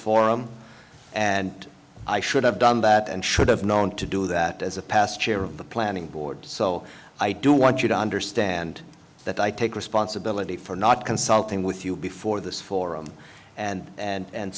forum and i should have done that and should have known to do that as a past chair of the planning board so i do want you to understand that i take responsibility for not consulting with you before this forum and